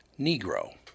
Negro